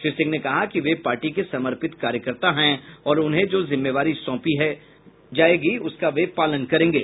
श्री सिंह ने कहा कि वे पार्टी के समर्पित कार्यकर्ता हैं और उन्हें जो जिम्मेवारी सौंपी जायेगी उसका वे पालन करेंगे